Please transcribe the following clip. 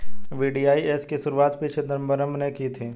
VDIS की शुरुआत पी चिदंबरम ने की थी